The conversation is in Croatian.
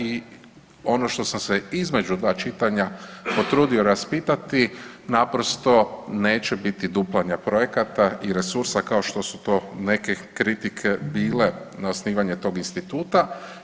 I ono što sam se između 2 čitanja potrudio raspitati naprosto neće biti duplanja projekata i resursa kao što su to neke kritike bile na osnivanje tog instituta.